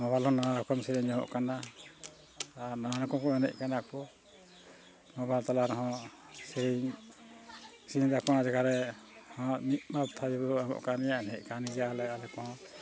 mobile ᱨᱮᱦᱚᱸ ᱱᱟᱣᱟ ᱨᱚᱠᱚᱢ ᱥᱮᱨᱮᱧ ᱧᱟᱢᱚᱜ ᱠᱟᱱᱟ ᱟᱨ ᱱᱟᱱᱟ ᱨᱚᱠᱚᱢ ᱠᱚ ᱮᱱᱮᱡ ᱠᱟᱱᱟ ᱠᱚ ᱢᱚᱵᱟᱭᱤᱞ ᱛᱟᱞᱟ ᱨᱮᱦᱚᱸ ᱥᱮᱨᱮᱧ ᱥᱮᱨᱮᱧ ᱫᱚ ᱟᱠᱚ ᱚᱱᱟ ᱡᱟᱸᱜᱟ ᱨᱮᱦᱚᱸ ᱢᱤᱫ ᱢᱚᱛᱚ ᱮᱢᱚᱜ ᱠᱟᱱ ᱜᱮᱭᱟ ᱮᱱᱮᱡ ᱠᱟᱱ ᱜᱮᱭᱟ ᱟᱞᱮ ᱟᱞᱮ ᱠᱚᱦᱚᱸ